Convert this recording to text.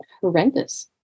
horrendous